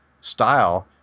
style